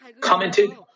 commented